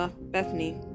Bethany